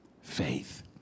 faith